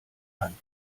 hand